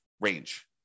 range